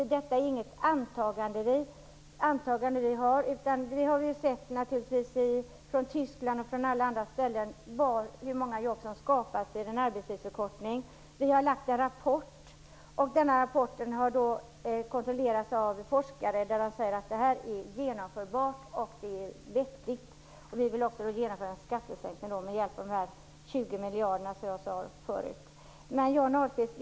Det är inte fråga om ett antagande. Vi har sett hur många jobb som skapats i t.ex. Tyskland vid en arbetstidsförkortning. Vi har lagt fram en rapport. Den har kontrollerats av forskare. De säger att detta är genomförbart och vettigt. Vi vill genomföra skattesänkningar med hjälp av de 20 miljarderna. Johnny Ahlqvist!